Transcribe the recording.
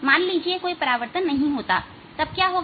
मान लीजिए कोई परावर्तन नहीं होता है तब क्या होगा